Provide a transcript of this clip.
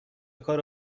کار